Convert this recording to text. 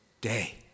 day